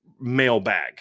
mailbag